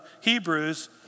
Hebrews